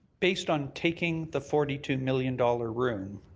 based on taking the forty two million dollars room,